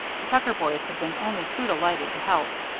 the tucker boys had been only too delighted to help.